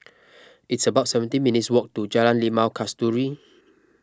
it's about seventeen minutes' walk to Jalan Limau Kasturi